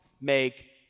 make